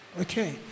Okay